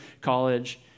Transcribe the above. college